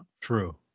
True